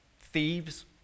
thieves